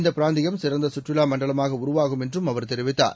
இந்தபிராந்தியம்சிறந்தசுற்றுலாமண்டலமாகஉருவாகும் என்றும்அவர்தெரிவித்தார்